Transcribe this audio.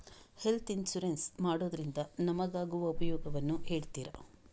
Health insurance ಮಾಡೋದ್ರಿಂದ ನಮಗಾಗುವ ಉಪಯೋಗವನ್ನು ಹೇಳ್ತೀರಾ?